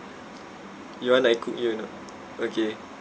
you want I cook you or not okay